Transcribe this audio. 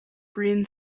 green